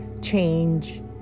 change